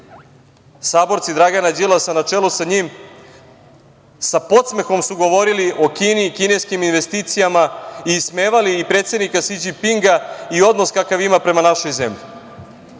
saborci Dragana Đilasa, na čelu sa njim, sa podsmehom su govorili o Kini, kineskim investicijama i ismevali predsednika Si Đi Pinga i odnos kakav ima prema našoj zemlji.